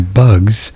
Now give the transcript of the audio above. bugs